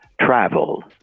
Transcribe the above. travel